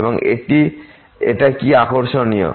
এবং এটা কি আকর্ষণীয়